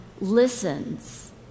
listens